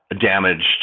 damaged